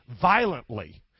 violently